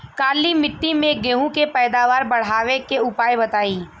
काली मिट्टी में गेहूँ के पैदावार बढ़ावे के उपाय बताई?